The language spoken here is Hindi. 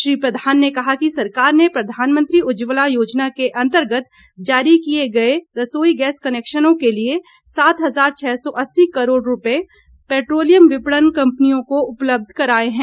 श्री प्रधान ने कहा कि सरकार ने प्रधानमंत्री उज्ज्वला योजना के अंतर्गत जारी किए गए रसोई गैस कनेक्शनों के लिए सात हजार छह सौ अस्सी करोड़ रुपये पेट्रोलियम विपणन कंपनियों को उपलब्ध कराये हैं